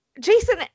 Jason